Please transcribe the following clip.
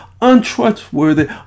untrustworthy